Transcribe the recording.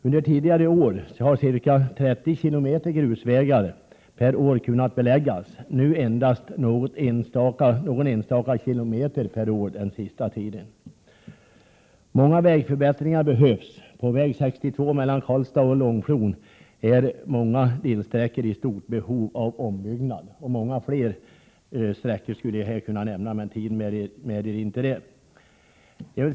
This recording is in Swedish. Under tidigare år har ca 30 km grusvägar per år kunnat beläggas, men nu endast någon enstaka kilometer per år. Många vägförbättringar behövs. På väg 62 mellan Karlstad och Långflon är många delsträckor i stort behov av ombyggnad. Många fler sträckor skulle också kunna nämnas.